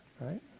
Right